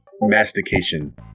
mastication